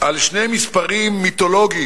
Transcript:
על שני מספרים מיתולוגיים: